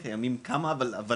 קיימים כמה, אבל